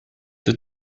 the